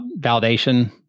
validation